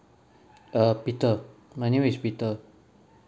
err peter my name is peter